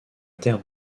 terre